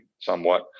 somewhat